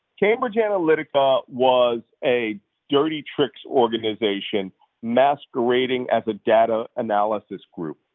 cambridge analytica was a dirty tricks organization masquerading as a data analysis group.